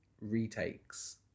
retakes